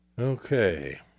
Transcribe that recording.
Okay